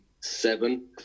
seven